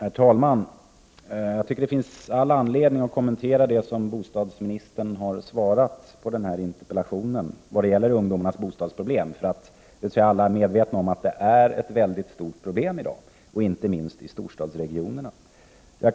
Herr talman! Jag tycker det finns all anledning att kommentera det som bostadsministern har sagt i svaret på den här interpellationen om ungdomarnas bostadsproblem. Jag tror alla är medvetna om att det är ett väldigt stort problem i dag, inte minst i storstadsregionerna.